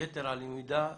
יתר על המידה,